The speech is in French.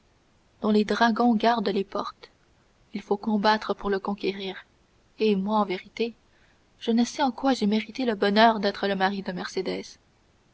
dont les dragons gardent les portes il faut combattre pour le conquérir et moi en vérité je ne sais en quoi j'ai mérité le bonheur d'être le mari de mercédès